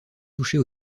toucher